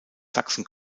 sachsen